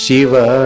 Shiva